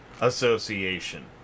Association